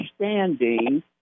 understanding